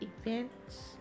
events